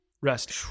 Rest